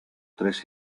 tres